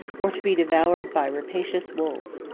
or to be devoured by rapacious wolves.